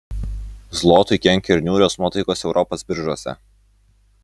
zlotui kenkia ir niūrios nuotaikos europos biržose